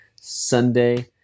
Sunday